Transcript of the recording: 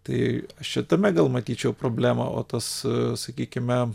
tai aš čia tame gal matyčiau problemą o tas sakykime